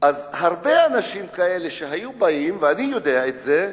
הרבה אנשים כאלה, אני יודע את זה,